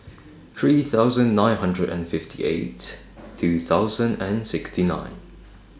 three thousand nine hundred and fifty eight two thousand and sixty nine